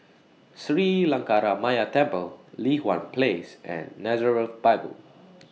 Sri Lankaramaya Temple Li Hwan Place and Nazareth Bible